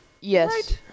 Yes